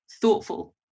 thoughtful